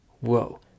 whoa